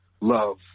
love